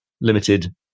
limited